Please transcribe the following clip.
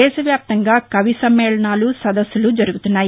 దేశవ్యాప్తంగా కవి సమ్మేళనాలు సదస్సులు జరుగుతున్నాయి